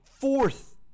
Fourth